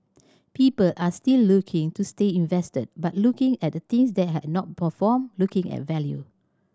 people are still looking to stay invested but looking at things that have not performed looking at value